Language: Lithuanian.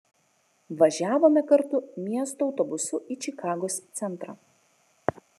važiavome kartu miesto autobusu į čikagos centrą